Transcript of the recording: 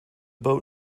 boat